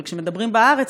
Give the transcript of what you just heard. אבל כשהם מדברים בארץ,